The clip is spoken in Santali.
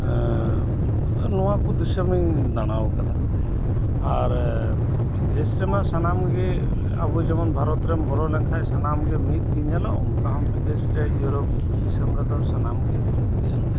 ᱱᱚᱣᱟᱠᱩ ᱫᱤᱥᱟᱹᱢ ᱤᱧ ᱫᱟᱬᱟ ᱟᱠᱟᱫᱟ ᱟᱨ ᱵᱤᱫᱮᱥ ᱨᱮᱢᱟ ᱥᱟᱱᱟᱢᱜᱤ ᱟᱵᱩ ᱡᱮᱢᱚᱱ ᱵᱷᱟᱨᱚᱛ ᱨᱮᱢ ᱵᱚᱞᱚ ᱞᱮᱱᱠᱷᱟᱡ ᱥᱟᱱᱟᱢ ᱜᱤ ᱢᱤᱫ ᱜᱤ ᱧᱮᱞᱚᱜ ᱚᱱᱠᱟᱦᱚᱸ ᱵᱤᱫᱮᱥ ᱨᱮ ᱤᱣᱩᱨᱚᱯ ᱫᱤᱥᱟᱹᱢ ᱨᱮᱫᱚ ᱥᱟᱱᱟᱢ ᱜᱤ ᱢᱤᱫᱜᱮᱭᱟ